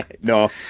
No